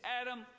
Adam